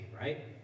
right